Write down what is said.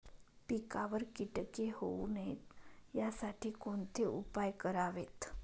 पिकावर किटके होऊ नयेत यासाठी कोणते उपाय करावेत?